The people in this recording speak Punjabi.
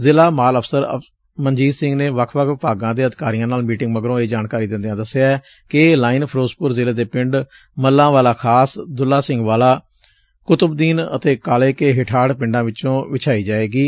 ਜ਼ਿਲਾ ਮਾਲ ਅਫਸਰ ਮਨਜੀਤ ਸਿੰਘ ਨੇ ਵੱਖ ਵਿਭਾਗਾਂ ਦੇ ਅਧਿਕਾਰੀਆਂ ਨਾਲ ਮੀਟਿੰਗ ਮਗਰੋਂ ਇਹ ਜਾਣਕਾਰੀ ਦਿੰਦਿਆਂ ਦਸਿਆ ਕਿ ਇਹ ਲਾਈਨ ਫਿਰੋਜ਼ਪੁਰ ਜ਼ਿਲੇ ਦੇ ਪਿੰਡ ਮੱਲਾਂਵਾਲਾ ਖਾਸ ਦੁੱਲਾ ਸਿੰਘ ਵਾਲਾ ਕੁਤਬਦੀਨ ਅਤੇ ਕਾਲੇ ਕੇ ਹਿਠਾਤ ਪਿੰਡਾਂ ਵਿਚੋਂ ਵਛੱਾਈ ਜਾਵੇਗੀ